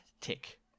tick